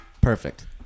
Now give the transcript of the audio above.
perfect